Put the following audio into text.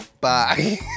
bye